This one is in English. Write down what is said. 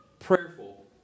prayerful